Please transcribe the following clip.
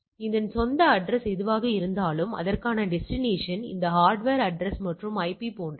எனவே அதன் சொந்த அட்ரஸ் எதுவாக இருந்தாலும் அதற்கான டெஸ்டினேஷன் இந்த ஹார்ட்வேர் அட்ரஸ் மற்றும் ஐபி போன்றவை